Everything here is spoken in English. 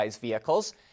vehicles